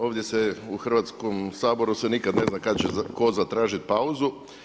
Ovdje se u Hrvatskom Saboru se nikad ne zna kad će tko zatražiti pauzu.